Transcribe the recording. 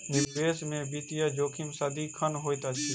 निवेश में वित्तीय जोखिम सदिखन होइत अछि